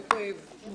הישיבה